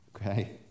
Okay